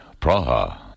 Praha